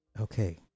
Okay